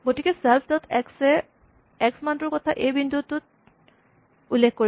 গতিকে self dot x a x মানটোৰ কথা এই বিন্দুটোত উল্লেখ কৰিব